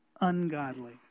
ungodly